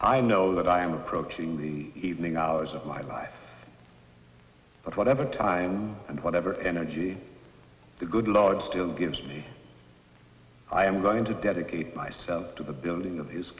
i know that i am approaching the thing out of my life but whatever time and whatever energy the good lord still gives me i am going to dedicate myself to the building that